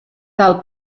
tal